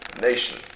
nation